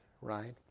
right